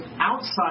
outside